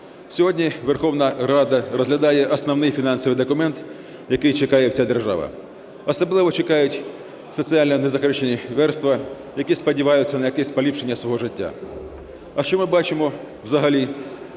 Сьогодні Верховна Рада розглядає основний фінансовий документ, який чекає вся держава, особливо чекають соціально не захищені верстви, які сподіваються на якісь поліпшення свого життя. А що ми бачимо взагалі?